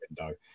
window